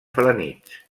felanitx